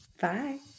Bye